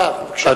השר, בבקשה.